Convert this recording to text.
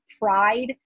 pride